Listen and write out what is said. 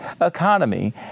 economy